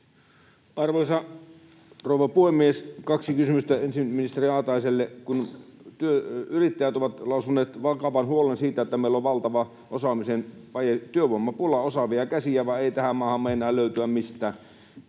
Arvoisa rouva puhemies! Kaksi kysymystä. Ensin ministeri Haataiselle: Yrittäjät ovat lausuneet vakavan huolen siitä, että meillä on valtava osaamisen työvoimapula, osaavia käsiä vain ei tähän maahan meinaa löytyä mistään,